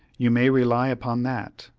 you may rely upon that.